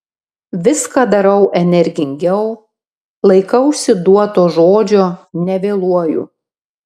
viską darau energingiau laikausi duoto žodžio nevėluoju